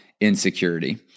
insecurity